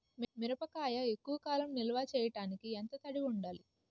మిరపకాయ ఎక్కువ కాలం నిల్వ చేయటానికి ఎంత తడి ఉండాలి?